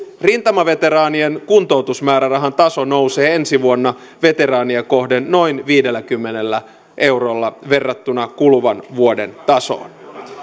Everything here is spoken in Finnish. rintamaveteraanien kuntoutusmäärärahan taso nousee ensi vuonna veteraania kohden noin viidelläkymmenellä eurolla verrattuna kuluvan vuoden tasoon